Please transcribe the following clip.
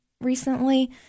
recently